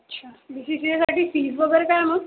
अच्छा B C C एसाठी fees वगैरे काय आहे मग